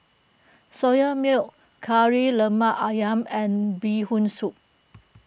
Soya Milk Kari Lemak Ayam and Bee Hoon Soup